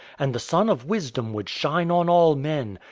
and the sun of wisdom would shine on all men,